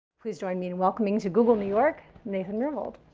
please join me in welcoming to google new york nathan myhrvold.